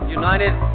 united